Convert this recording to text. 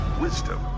wisdom